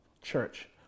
Church